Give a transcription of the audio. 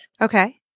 Okay